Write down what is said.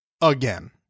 again